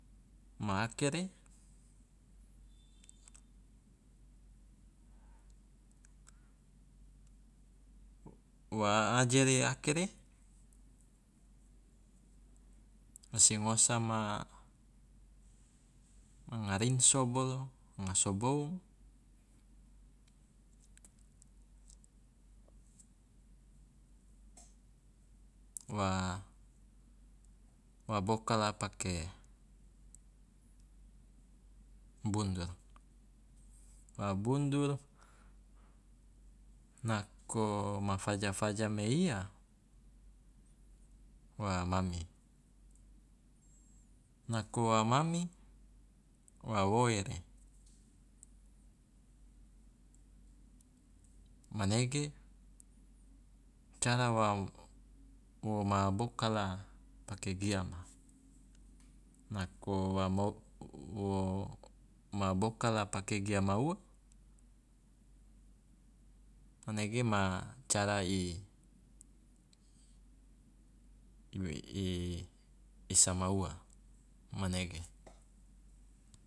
Ma akere, wa ajere akere si ngosama manga rinso, manga soboung wa wa bokala pake bundur, wa bundur nako ma faja faja meiya wa mami, nako wa mami wa woere, manege cara wa wo bokala pake giama, nako wa mo wo bokala pake giama ua manege ma cara i i sama ua, manege.